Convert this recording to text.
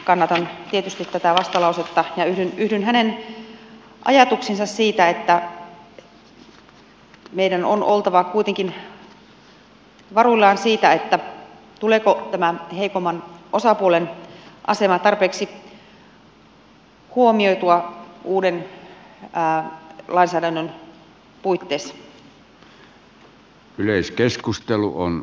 kannatan tietysti tätä vastalausetta ja yhdyn hänen ajatuksiinsa siitä että meidän on oltava kuitenkin varuillamme siitä tuleeko tämä heikomman osapuolen asema tarpeeksi huomioitua uuden lainsäädännön puitteissa